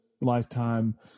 lifetime